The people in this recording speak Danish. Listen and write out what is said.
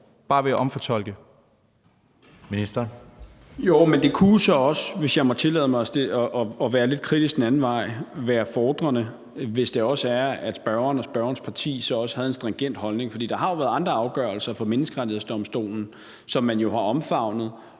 være lidt kritisk den anden vej, være befordrende, hvis spørgeren og spørgerens parti havde en stringent holdning. For der har jo været andre afgørelser fra Menneskerettighedsdomstolen, som man har omfavnet